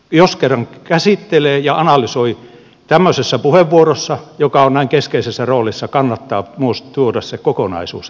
jos kerran käsittelee ja analysoi asiaa tämmöisessä puheenvuorossa joka on näin keskeisessä roolissa kannattaa tuoda myös se kokonaisuus esille